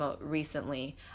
recently